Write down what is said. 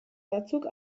batzuk